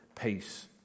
peace